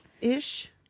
ish